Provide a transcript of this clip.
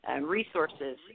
resources